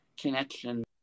connection